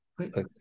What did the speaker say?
Okay